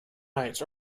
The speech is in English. nights